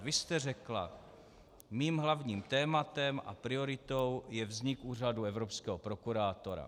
Vy jste řekla: Mým hlavním tématem a prioritou je vznik úřadu evropského prokurátora.